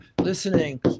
listening